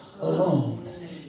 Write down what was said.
alone